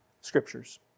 Scriptures